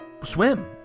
swim